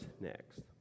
next